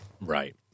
Right